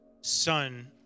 son